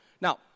Now